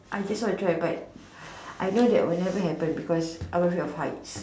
I just wanna try but I know that would not happen because I'm afraid of heights